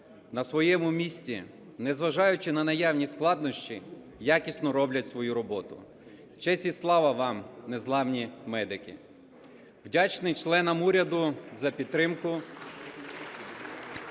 на своєму місці, незважаючи на наявні складнощі, якісно роблять свою роботу. Честь і слава вам, незламні медики! (Оплески) Вдячний членам уряду за підтримку.